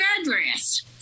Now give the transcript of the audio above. address